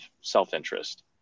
self-interest